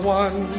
one